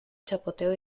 chapoteo